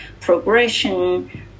progression